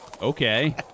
Okay